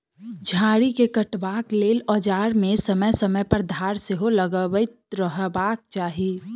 झाड़ी के काटबाक लेल औजार मे समय समय पर धार सेहो लगबैत रहबाक चाही